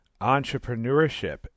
entrepreneurship